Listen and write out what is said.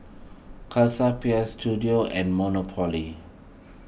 Chelsea Peers Istudio and Monopoly